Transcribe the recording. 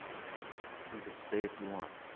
like you you can stay if you want.